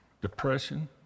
depression